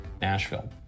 Nashville